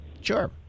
Sure